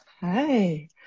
Hi